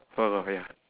foie gras ya